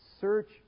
Search